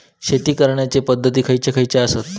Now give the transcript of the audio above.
शेतीच्या करण्याचे पध्दती खैचे खैचे आसत?